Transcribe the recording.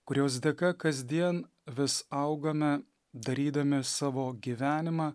kurios dėka kasdien vis augame darydami savo gyvenimą